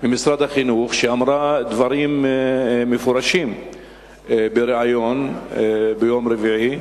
שאמרה דברים מפורשים בריאיון ביום רביעי,